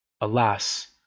Alas